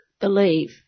believe